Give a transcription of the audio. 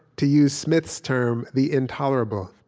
to use smith's term, the intolerable